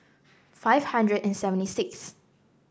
five hundred and seventy six th